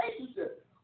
relationship